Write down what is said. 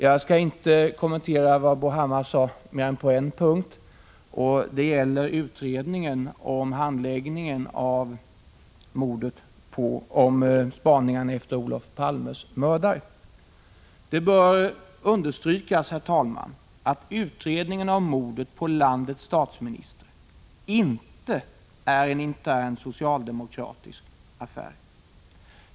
Jag skall inte kommentera vad Bo Hammar sade mer än på en punkt, och den gäller utredningen om handläggningen av spaningarna efter Olof Palmes mördare. Det bör understrykas, herr talman, att denna utredning inte är en intern socialdemokratisk fråga.